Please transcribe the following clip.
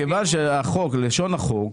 מכיוון שלשון החוק,